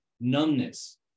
Numbness